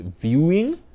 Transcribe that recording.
viewing